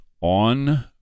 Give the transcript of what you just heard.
on